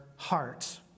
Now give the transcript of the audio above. heart